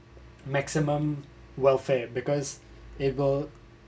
maximum welfare because ever